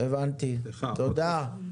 הבנתי, תודה.